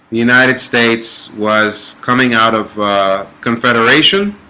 the united states was coming out of confederation